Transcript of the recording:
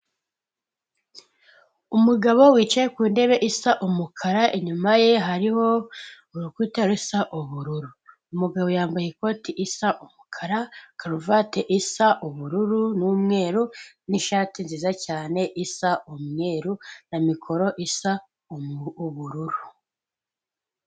Umugabo wicaye ku ntebe isa umukara inyuma ye hariho urukuta rusa ubururu; Umugabo yambaye ikoti risa umukara, karuvati isa ubururu n'umweru n'ishati nziza cyane isa umweru na mikoro isa ubururu.